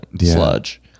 sludge